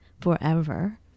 forever